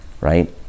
right